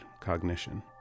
cognition